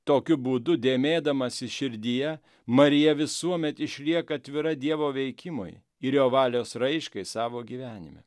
tokiu būdu dėmėdamasis širdyje marija visuomet išlieka atvira dievo veikimui ir jo valios raiškai savo gyvenime